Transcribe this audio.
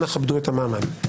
אנא כבדו את המעמד.